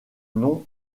nom